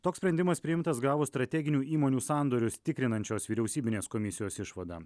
toks sprendimas priimtas gavus strateginių įmonių sandorius tikrinančios vyriausybinės komisijos išvadą